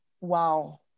Wow